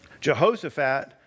Jehoshaphat